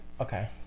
Okay